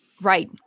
Right